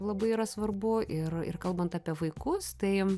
labai yra svarbu ir ir kalbant apie vaikus tai